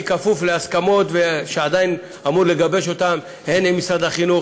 אני כפוף להסכמות שאני עדיין אמור לגבש אותן הן עם משרד החינוך,